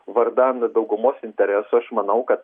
vardan daugumos interesų aš manau kad